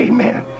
Amen